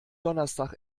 donnerstag